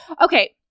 Okay